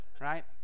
right